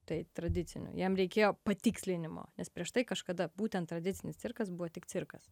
tai tradiciniu jam reikėjo patikslinimo nes prieš tai kažkada būtent tradicinis cirkas buvo tik cirkas